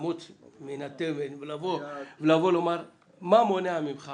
המוץ מן התבן ולבוא ולומר מה מונע ממך